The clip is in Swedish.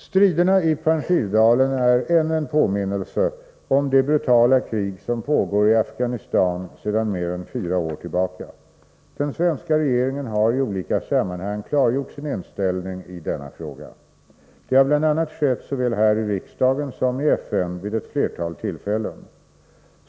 Striderna i Panjshirdalen är ännu en påminnelse om det brutala krig som pågår i Afghanistan sedan mer än fyra år tillbaka. Den svenska regeringen har i olika sammanhang klargjort sin inställning i denna fråga. Det har bl.a. skett såväl här i riksdagen som i FN vid ett flertal tillfällen.